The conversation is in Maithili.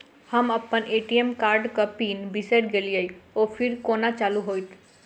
हम अप्पन ए.टी.एम कार्डक पिन बिसैर गेलियै ओ फेर कोना चालु होइत?